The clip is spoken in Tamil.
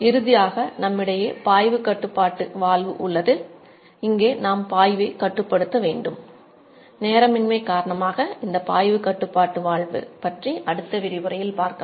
இறுதியாக நம்மிடையே பாய்வு கட்டுப்பாட்டு வால்வு பற்றி அடுத்த விரிவுரையில் பார்க்கலாம்